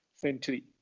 century